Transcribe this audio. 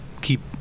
keep